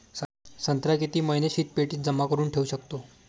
संत्रा किती महिने शीतपेटीत जमा करुन ठेऊ शकतो?